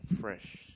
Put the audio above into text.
fresh